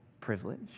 privilege